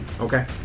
okay